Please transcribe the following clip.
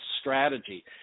strategy